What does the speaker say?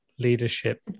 leadership